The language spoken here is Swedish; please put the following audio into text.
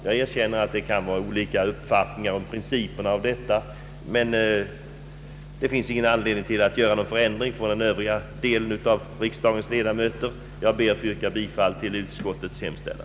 Jag erkänner att det råder olika uppfattningar om principerna härvidlag, men det finns ingen anledning för kammarens övriga ledamöter att föreslå någon förändring. Jag ber att få yrka bifall till utskottets hemställan.